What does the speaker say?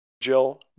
Jill